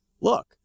look